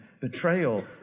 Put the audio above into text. betrayal